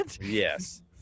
yes